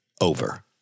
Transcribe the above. over